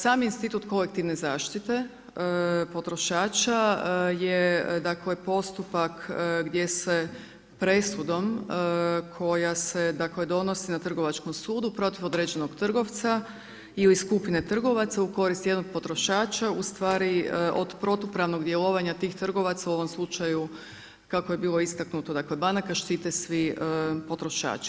Sami institut kolektivne zaštite potrošača je dakle postupak gdje se presudom koja se dakle donosi na Trgovačkom sudu protiv određenog trgovca ili skupine trgovaca u korist jednog potrošača ustvari od protupravnog djelovanja tih trgovaca u ovom slučaju kako je bilo istaknuto, dakle banaka štite svi potrošači.